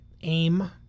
AIM